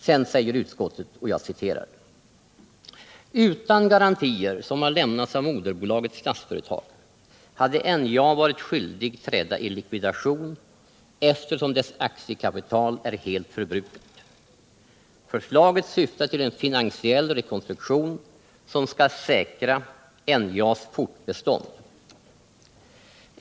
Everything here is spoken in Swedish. Sedan säger utskottet: ”Utan garantier som har lämnats av moderbolaget Statsföretag hade NJA varit skyldigt att träda i likvidation, eftersom dess aktiekapital är helt förbrukat. Förslaget syftar till en finansiell rekonstruktion som skall säkra NJA:s fortbestånd.